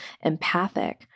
empathic